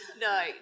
No